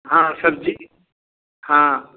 हाँ हाँ सब्ज़ी हाँ